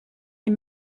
est